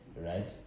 right